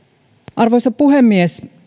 arvoisa puhemies